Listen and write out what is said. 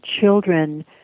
children